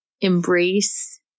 embrace